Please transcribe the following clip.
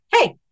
Hey